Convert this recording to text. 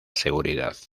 seguridad